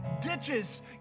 ditches